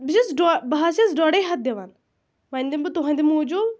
بہٕ چھَس ڈۅڈ بہٕ حظ چھَس ڈۅڈٕے ہَتھ دِوان وۅنۍ دِمہٕ بہٕ تُہٕنٛدِ موٗجوٗب